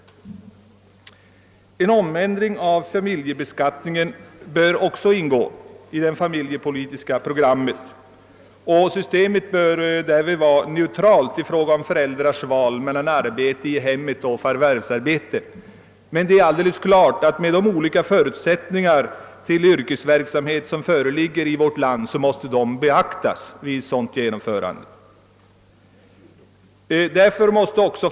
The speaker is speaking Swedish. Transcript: En omändring av familjebeskattningen bör också ingå i det familjepolitiska programmet, och systemet bör därvid vara neutralt i fråga om föräldrars val mellan arbete i hemmet och förvärvsarbete. Härvid bör dock beaktas de olika förutsättningar för yrkesverksamhet som föreligger inom olika delar av vårt land.